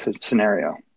scenario